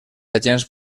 agents